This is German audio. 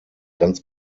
ganz